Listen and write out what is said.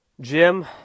Jim